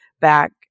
back